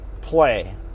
play